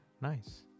Nice